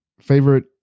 Favorite